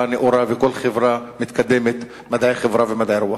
נאורה וכל חברה מתקדמת: מדעי החברה ומדעי הרוח.